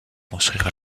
construire